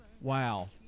Wow